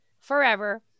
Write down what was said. forever